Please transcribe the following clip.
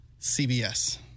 CBS